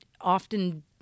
often